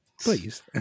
Please